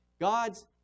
God's